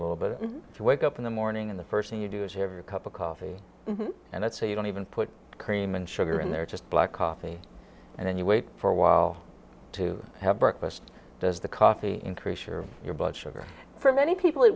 little bit to wake up in the morning in the first thing you do is have a cup of coffee and it's so you don't even put cream and sugar in there just black coffee and then you wait for a while to have breakfast does the coffee increase your your blood sugar for many people